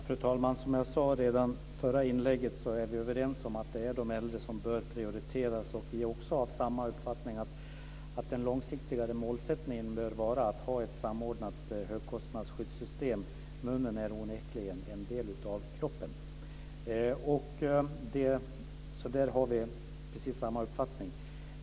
Fru talman! Som jag sade redan i det förra inlägget är vi överens om att det är de äldre som bör prioriteras, och vi är också av samma uppfattning när det gäller att den långsiktigare målsättningen bör vara ett samordnat högkostnadsskyddssystem. Munnen är onekligen en del av kroppen. Där har vi precis samma uppfattning.